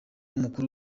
mukuru